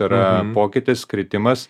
yra pokytis kritimas